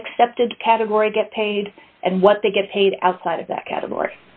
the accepted category get paid and what they get paid outside of that category